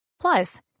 Plus